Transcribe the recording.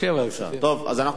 טוב, אז אנחנו עוברים להצבעה.